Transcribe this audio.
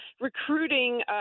recruiting